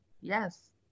yes